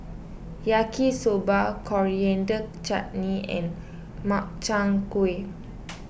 Yaki Soba Coriander Chutney and Makchang Gui